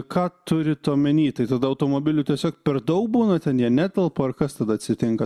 ką turit omeny tai tada automobilių tiesiog per daug būna ten jie netelpa ar kas tada atsitinka